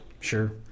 Sure